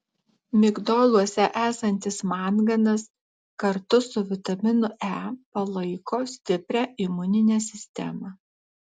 migdoluose esantis manganas kartu su vitaminu e palaiko stiprią imuninę sistemą